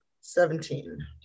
Seventeen